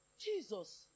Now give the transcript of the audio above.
Jesus